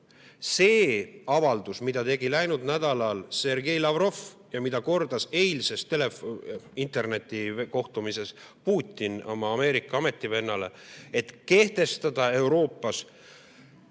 See avaldus, mida tegi läinud nädalal Sergei Lavrov ja mida kordas eilses internetikohtumises Vladimir Putin oma Ameerika ametivennale, et Euroopas